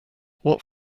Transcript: what